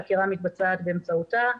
החקירה מתבצעת באמצעותה.